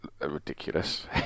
ridiculous